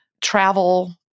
travel